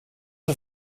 een